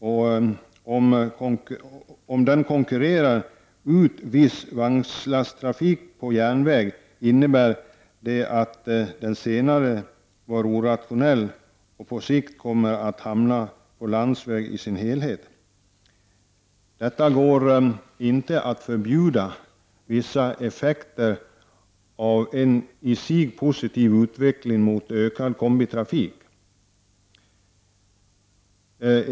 Om den konkurrerar ut viss vagnslasttrafik på järnväg, innebär detta att den senare var orationell och att trafiken på sikt kommer att hamna på landsvägen i sin helhet. Det går inte att ”förbjuda” vissa effekter av en i sig positiv utveckling mot ökad kombitrafik.